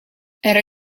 era